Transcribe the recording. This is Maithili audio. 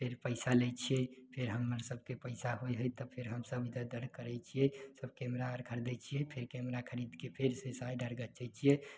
फेर पैसा लै छियै फेर हमर सबके पैसा होइ हइ तऽ फेर हमसब दरदर रखय छियै फेर कैमरा आर खरिदइ छियै फेर कैमरा खरीदके फेर पैसा आर रखय छियै